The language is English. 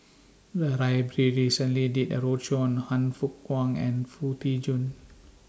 The Library recently did A roadshow on Han Fook Kwang and Foo Tee Jun